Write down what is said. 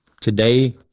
today